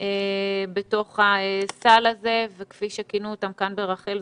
בתוך הסל הזה וכפי שכינו אותם כאן ברח"ל,